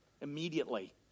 immediately